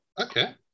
Okay